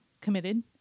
committed